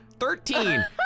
Thirteen